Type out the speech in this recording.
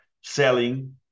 selling